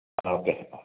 അത് ഓക്കേ